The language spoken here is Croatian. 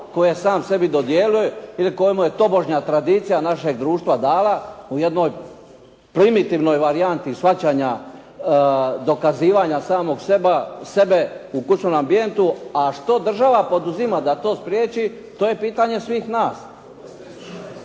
koje sam sebi dodjeljuje ili koje mu je tobožnja tradicija našeg društva dala u jednoj primitivnoj varijanti shvaćanja, dokazivanja samog sebe u kućnom ambijentu, a što država poduzima da to spriječi? To je pitanje svih nas.